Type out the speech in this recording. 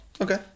Okay